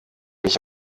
mich